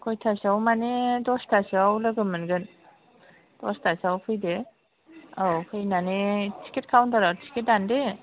खयथासोयाव माने दसथासोयाव लोगो मोनगोन दसथा सोयाव फैदो औ फैनानै टिकिट कावनटारयाव टिकिट दानदो